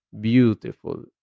beautiful